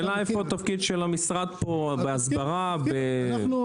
-- השאלה איפה התפקיד של המשרד בהסברה ובמעקב.